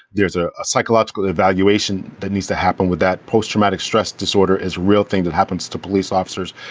there's ah a psychological evaluation that needs to happen with that post-traumatic stress disorder is real thing that happens to police officers.